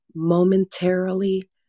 momentarily